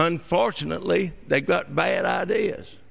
unfortunately they got bad ideas